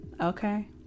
okay